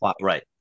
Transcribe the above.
Right